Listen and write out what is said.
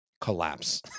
Collapse